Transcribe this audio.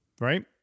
Right